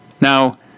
Now